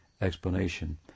explanation